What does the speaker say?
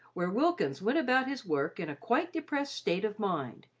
where wilkins went about his work in a quite depressed state of mind,